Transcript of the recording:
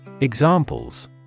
Examples